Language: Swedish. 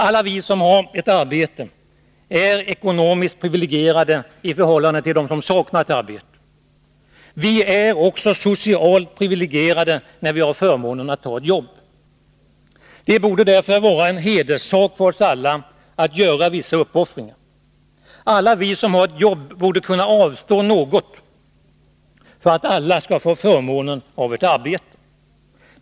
Alla vi som har ett arbete är ekonomiskt privilegierade i förhållande till dem som saknar detta. Vi är också socialt privilegierade när vi har förmånen av att ha ett jobb. Det bör därför vara en hederssak för oss alla att göra vissa uppoffringar. Vi som har ett jobb bör kunna avstå något för att de som inte har det skall få samma förmån.